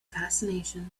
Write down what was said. fascination